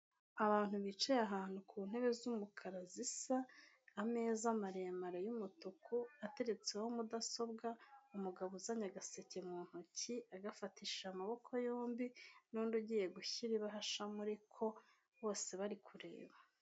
Abantu bicaye ahantu ku ntebe z'umukara zisa, ameza maremare y'umutuku ateretseho mudasobwa, umugabo uzanye agaseke mu ntoki agafatishije amaboko yombi, n'undi ugiye gushyira ibahasha muriko bose bari kureba.